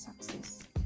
success